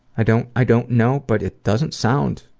i don't i don't know, but it doesn't sound